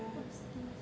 what's this